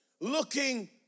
Looking